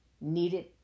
needed